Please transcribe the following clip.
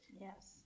Yes